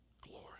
glory